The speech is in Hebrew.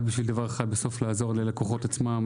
נמשך כל כך הרבה שנים רק בשביל לעזור ללקוחות עצמם,